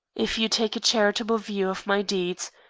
if you take a charitable view of my deeds,